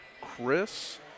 Chris